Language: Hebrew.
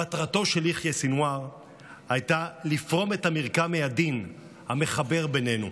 מטרתו של יחיא סנוואר הייתה לפרום את המרקם העדין המחבר בינינו.